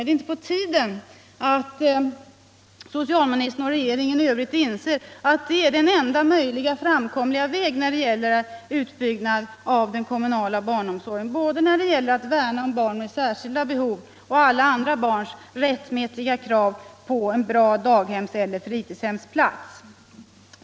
Är det inte på tiden att socialministern och regeringen i övrigt inser att det är den enda möjliga framkomliga vägen när det gäller utbyggnad av den kommunala barnomsorgen, både för att värna om barn med särskilda behov och för att tillgodose alla andra barns rättmätiga krav på en bra daghemseller fritidshemsplats?